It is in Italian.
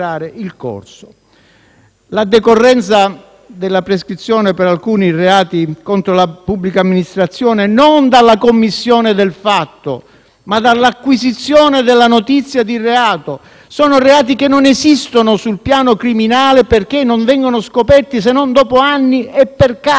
la decorrenza della prescrizione per alcuni reati contro la pubblica amministrazione non dalla commissione del fatto, ma dall'acquisizione della notizia del reato: sono reati che non esistono sul piano criminale perché non vengono scoperti, se non dopo anni e per caso. Non c'è nessuno che li